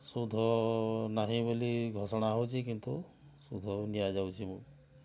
ସୁଧ ନାହିଁ ବୋଲି ଘୋଷଣା ହେଉଛି କିନ୍ତୁ ସୁଧ ଦିଆଯାଉଛି